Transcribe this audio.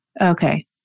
Okay